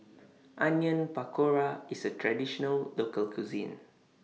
Onion Pakora IS A Traditional Local Cuisine